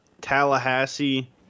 Tallahassee